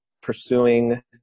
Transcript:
pursuing